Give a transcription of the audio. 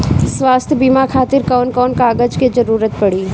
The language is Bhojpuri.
स्वास्थ्य बीमा खातिर कवन कवन कागज के जरुरत पड़ी?